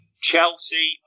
Chelsea